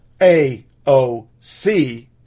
AOC